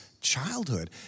childhood